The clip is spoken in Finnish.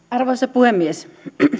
arvoisa puhemies